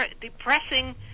depressing